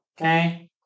okay